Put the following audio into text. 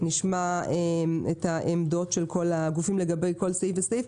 נשמע את העמדות של כל הגופים לגבי כל סעיף וסעיף.